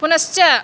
पुनश्च